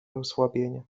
osłabienie